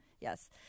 Yes